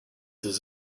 does